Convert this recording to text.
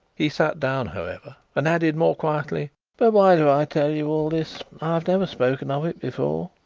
he sat down however, and added more quietly but why do i tell you all this? i have never spoken of it before.